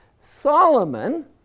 Solomon